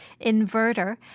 Inverter